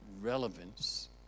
relevance